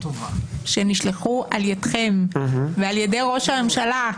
שנשלחו על ידיכם ועל ידי ראש הממשלה,